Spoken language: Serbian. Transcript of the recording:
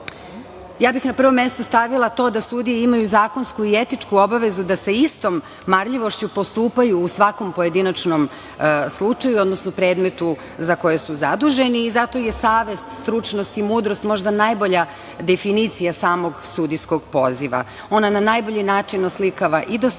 ja bih na prvom mestu stavila to da sudije imaju zakonsku i etičku obavezu da sa istom marljivošću postupaju u svakom pojedinačnom slučaju, odnosno predmetu za koje su zaduženi. Zato je savest, stručnost i mudrost možda najbolja definicija samog sudijskog poziva. Ona na najbolji način oslikava i dostojanstvo,